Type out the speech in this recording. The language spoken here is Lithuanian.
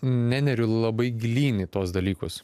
neneriu labai gilyn į tuos dalykus